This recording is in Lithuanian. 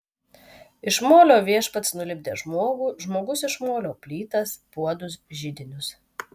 iš molio viešpats nulipdė žmogų žmogus iš molio plytas puodus židinius